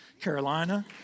Carolina